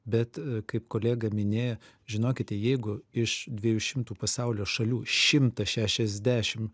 bet kaip kolega minėjo žinokite jeigu iš dviejų šimtų pasaulio šalių šimtas šešiasdešim